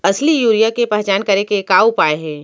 असली यूरिया के पहचान करे के का उपाय हे?